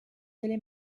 delle